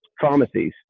pharmacies